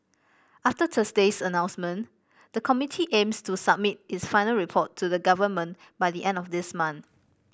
after Thursday's announcement the committee aims to submit its final report to the government by the end of this month